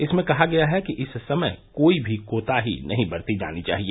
इसमें कहा गया है कि इस समय कोई भी कोताही नहीं बरती जानी चाहिए